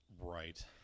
Right